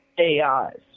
AIs